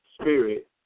spirit